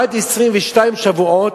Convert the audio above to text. עד 22 שבועות,